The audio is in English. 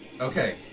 Okay